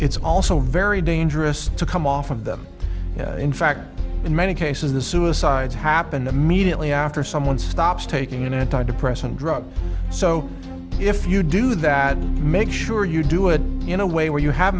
it's also very dangerous to come off of them in fact in many cases the suicides happen immediately after someone stops taking an anti depressant drugs so if you do that make sure you do it in a way where you have